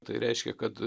tai reiškė kad